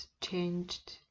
changed